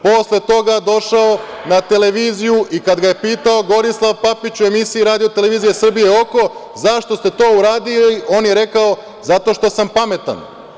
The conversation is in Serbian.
Posle toga je došao na televiziju i kad ga je pitao Gorislav Papić u emisiji RTS „Oko“ – zašto ste to uradili, on je rekao – zato što sam pametan.